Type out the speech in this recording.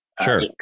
Sure